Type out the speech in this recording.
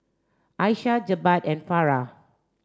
Aisyah Jebat and Farah